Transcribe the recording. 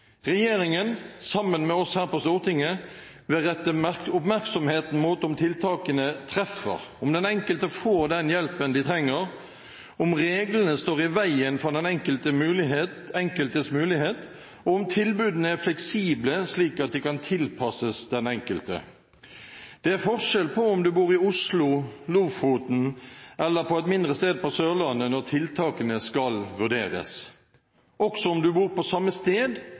Regjeringen, sammen med oss her på Stortinget, vil rette oppmerksomheten mot om tiltakene treffer, om den enkelte får den hjelpen de trenger, om reglene står i veien for den enkeltes mulighet, om tilbudene er fleksible, slik at de kan tilpasses den enkelte. Det er forskjell på om du bor i Oslo, i Lofoten eller på et mindre sted på Sørlandet når tiltakene skal vurderes. Også for dem som bor på samme sted,